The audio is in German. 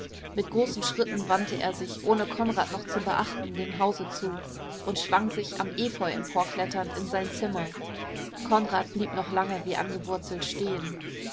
mit großen schritten wandte er sich ohne konrad noch zu beachten dem hause zu und schwang sich am efeu emporkletternd in sein zimmer konrad blieb noch lange wie angewurzelt stehen